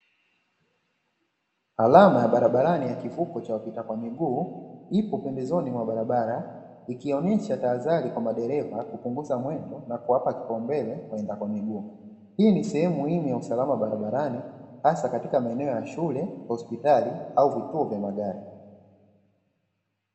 Alama ya barabarani ya kivuko cha wapita kwa miguu ipo pembezoni mwa barabara, ikionyesha tahadhari kwa madereva kupunguza mwendo na kuwapa kipaumbele waenda kwa miguu, hii ni sehemu muhimu ya usalama barabarani hasa katika maeneo ya shule hospitali au vituo vya magari.